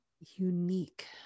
unique